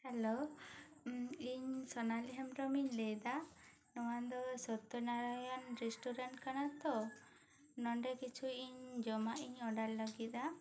hello ᱤᱧ ᱥᱚᱱᱟᱞᱤ ᱦᱮᱢᱵᱽᱨᱚᱢ ᱤᱧ ᱞᱟᱹᱭ ᱮᱫᱟ ᱱᱚᱶᱟ ᱫᱚ ᱥᱚᱛᱛᱚᱱᱟᱨᱟᱭᱚᱱ ᱨᱮᱥᱴᱚᱨᱮᱱᱴ ᱠᱟᱱᱟ ᱛᱚ ᱱᱚᱸᱰᱮ ᱠᱤᱪᱷᱩ ᱤᱧ ᱡᱚᱢᱟᱜ ᱤᱧ ᱚᱰᱟᱨ ᱞᱟ ᱜᱤᱫ ᱟ